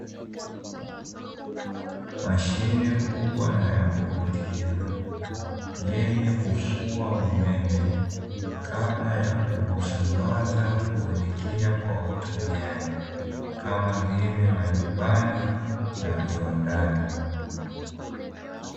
Mashine kubwa na ya kuvutia, yenye kufua umeme kabla ya kuusambaza kuelekea kwa watumiaji, kama vile majumbani na viwandani.